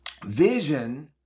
Vision